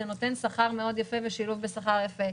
זה נותן שכר יפה מאוד ושילוב בשכר יפה,